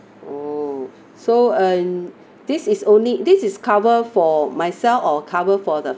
oh so and this is only this is cover for myself or cover for the